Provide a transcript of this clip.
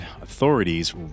authorities